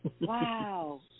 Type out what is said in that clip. Wow